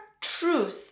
truth